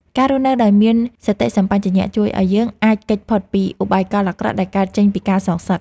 ការរស់នៅដោយមានសតិសម្បជញ្ញៈជួយឱ្យយើងអាចគេចផុតពីឧបាយកលអាក្រក់ដែលកើតចេញពីការសងសឹក។